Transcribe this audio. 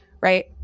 right